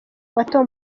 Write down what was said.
moto